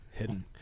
Hidden